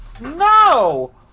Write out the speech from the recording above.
No